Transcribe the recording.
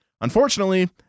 Unfortunately